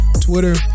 Twitter